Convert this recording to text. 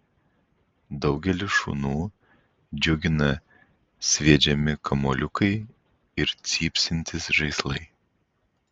daugelį šunų džiugina sviedžiami kamuoliukai ir cypsintys žaislai